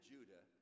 Judah